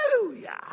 Hallelujah